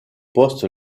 poste